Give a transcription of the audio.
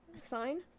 Sign